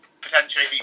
potentially